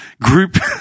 group